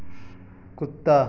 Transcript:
कुत्ता